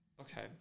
Okay